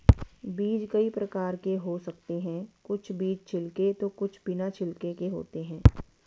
बीज कई प्रकार के हो सकते हैं कुछ बीज छिलके तो कुछ बिना छिलके के होते हैं